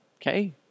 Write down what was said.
Okay